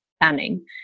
planning